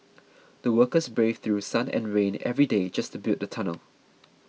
the workers braved through sun and rain every day just to build the tunnel